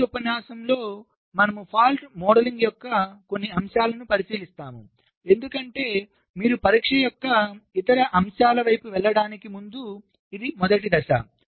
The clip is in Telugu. తరువాతి ఉపన్యాసంలో మనం తప్పు మోడలింగ్ యొక్క కొన్ని అంశాలను పరిశీలిస్తాము ఎందుకంటే మీరు పరీక్ష యొక్క ఇతర అంశాల వైపు వెళ్ళడానికి ముందు ఇది మొదటి దశ